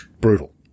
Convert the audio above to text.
brutal